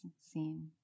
seen